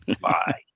Bye